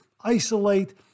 isolate